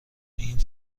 این